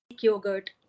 yogurt